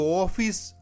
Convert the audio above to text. office